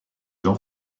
jean